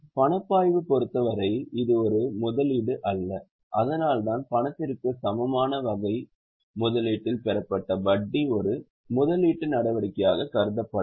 பணப்பாய்வு பொருத்தவரை இது ஒரு முதலீடு அல்ல அதனால்தான் பணத்திற்கு சமமான வகை முதலீட்டில் பெறப்பட்ட வட்டி ஒரு முதலீட்டு நடவடிக்கையாக கருதப்படாது